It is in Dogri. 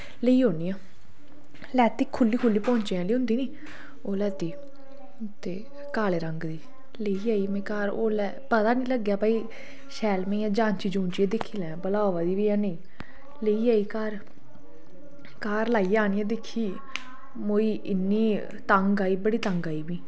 लेई औनी आं लैती खुल्ली खुल्ली पौंचे आह्ली होंदी निं ओह् लैती काले रंग दी लेई आइयै ओल्लै पता निं लग्गेआ शैल निं ऐ कन्नै जाचियै दिक्खी लें की भला आवा दी बी ऐ जां नेईं लेइयै आई घर घर लाइयै आह्नियै दिक्खी मोई इन्नी तंग आई मिगी बड़ी तंग आई मिगी